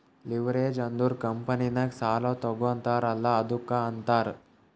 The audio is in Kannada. ಲಿವ್ರೇಜ್ ಅಂದುರ್ ಕಂಪನಿನಾಗ್ ಸಾಲಾ ತಗೋತಾರ್ ಅಲ್ಲಾ ಅದ್ದುಕ ಅಂತಾರ್